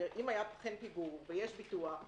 אם היה אכן פיגור ויש ביטוח,